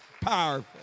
Powerful